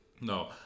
No